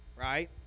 right